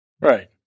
Right